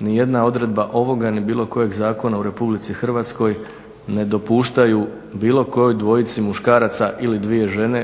Ni jedna odredba ovoga ni bilo kojeg zakona u RH ne dopuštaju bilo kojoj dvojici muškaraca ili dvije žene